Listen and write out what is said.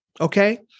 Okay